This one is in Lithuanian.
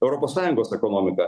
europos sąjungos ekonomika